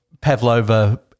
Pavlova